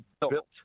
built